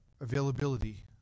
availability